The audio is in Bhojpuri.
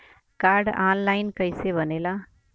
कार्ड ऑन लाइन कइसे बनेला?